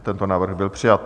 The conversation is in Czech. Tento návrh byl přijat.